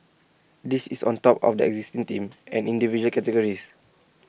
this is on top of the exist team and individual categories